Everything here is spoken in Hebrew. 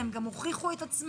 הם גם הוכיחו את עצמם,